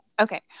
okay